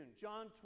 John